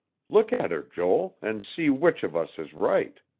look at her, joel, and see which of us is right.